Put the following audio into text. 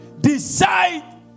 decide